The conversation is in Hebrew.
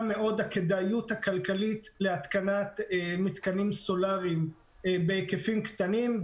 מאוד הכדאיות הכלכלית להתקנת מתקנים סולאריים בהיקפים קטנים,